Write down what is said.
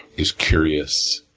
is curious,